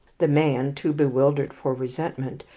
the man, too bewildered for resentment,